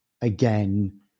again